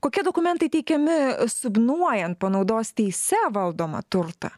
kokie dokumentai teikiami asignuojant panaudos teise valdomą turtą